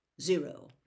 zero